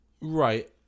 Right